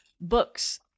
books